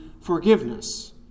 forgiveness